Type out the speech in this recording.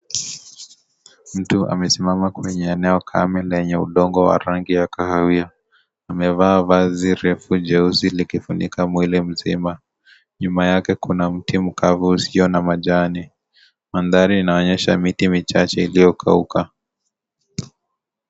Mtu amesimama kwenye eneo kama lenye udongo wa rangi ya kahawia. Amevaa vazi refu jeusi likifunika mwili mzima. Nyuma yake kuna mti mkavu usio na majani. Mandhari inaonyesha miti michache iliyokauka.